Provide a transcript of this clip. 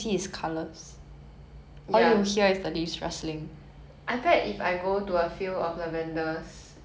I bet if I go to a field of lavenders 香香兰 no that's not I don't know